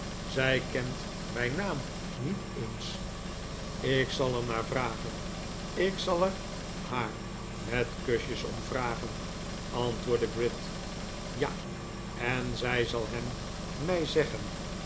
zij kent mijn naam niet eens ik zal er haar naar vragen ik zal er haar met kusjes om vragen antwoordde gride ja en zij zal hem mij zeggen